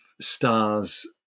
stars